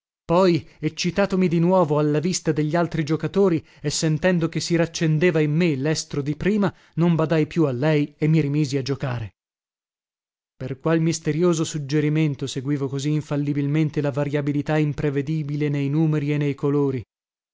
poi eccitatomi di nuovo alla vista degli altri giocatori e sentendo che si raccendeva in me lestro di prima non badai più a lei e mi rimisi a giocare per qual misterioso suggerimento seguivo così infallibilmente la variabilità imprevedibile nei numeri e nei colori